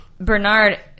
Bernard